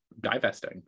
divesting